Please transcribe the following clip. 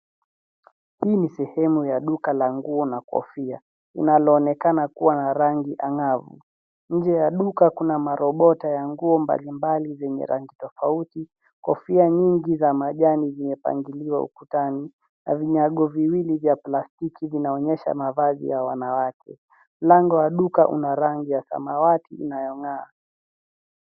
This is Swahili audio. Hii ni sehemu ya duka la nguo na kofia. Inaloonekana kuwa na rangi angavu. Nje ya duka kuna marobota ya nguo mbalimbali zenye rangi tofauti. Kofia nyingi za majani zimepangiliwa ukutani na vinyago viwili vya plastiki vinaonyesha mavazi ya wanawake. Lango la duka una rangi ya samawati inayong'aa.